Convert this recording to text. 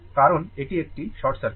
কারণ এটি একটি শর্ট সার্কিট